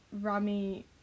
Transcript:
Rami